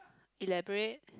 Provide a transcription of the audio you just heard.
elaborate